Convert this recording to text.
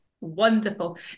Wonderful